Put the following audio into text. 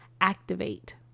activate